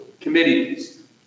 committees